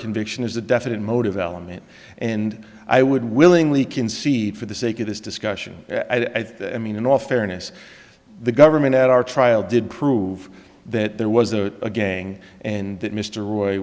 conviction is a definite motive element and i would willingly concede for the sake of this discussion i think i mean in all fairness the government at our trial did prove that there was a gang and that mr roy